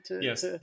Yes